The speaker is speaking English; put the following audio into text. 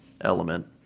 element